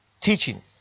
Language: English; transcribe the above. teaching